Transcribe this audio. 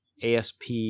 ASP